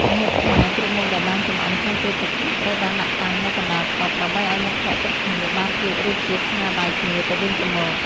ម្ហូបខ្មែរគ្រប់មុខដែលបានចម្អិនក្នុងពេលប្រកួត ត្រូវបានដាក់តាំងនៅកណ្ដាលតុ ដើម្បីឱ្យមិត្តភក្តិគ្រប់គ្នាបានភ្លក្សរសជាតិស្នាដៃគ្នាទៅវិញទៅមក។